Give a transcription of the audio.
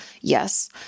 Yes